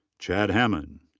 chad hamman.